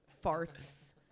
farts